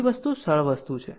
બીજી વસ્તુ સરળ વસ્તુ છે